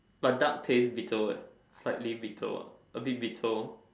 but dark taste bitter what slightly bitter what a bit bitter